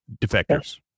defectors